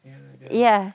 ya